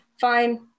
Fine